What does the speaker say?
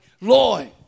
Lord